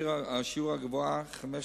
השיעור הגבוה בנפת עכו,